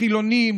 לחילונים,